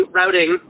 routing